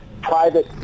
private